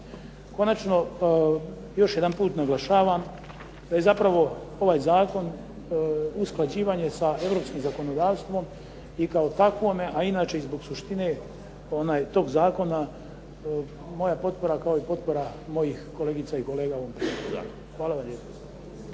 Konačno, još jedanput naglašavam da je zapravo ovaj zakon usklađivanje sa europskim zakonodavstvom i kao takvome a inače i zbog suštine tog zakona moja potpora kao i potpora mojih kolegica i kolega ovom zakonu. Hvala vam lijepa.